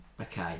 Okay